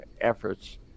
efforts